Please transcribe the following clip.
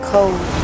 Cold